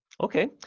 Okay